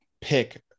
pick